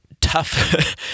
tough